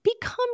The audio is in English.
become